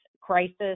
crisis